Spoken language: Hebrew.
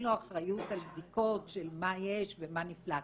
לו אחריות על בדיקות ועל מה יש ומה נפלט.